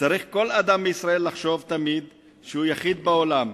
"צריך כל אדם מישראל לחשוב תמיד שהוא יחיד בעולם,